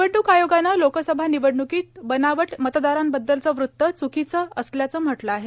निवडणूक आयोगानं लोकसभा निवडणूकीत बनावट मतदारांबद्दलचं वृत च्कीचं असल्याचं म्हटलं आहे